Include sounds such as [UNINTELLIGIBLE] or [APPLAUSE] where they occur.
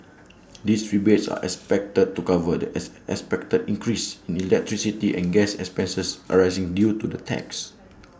these rebates are expected to cover the [UNINTELLIGIBLE] expected increase in electricity and gas expenses arising due to the tax